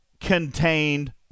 contained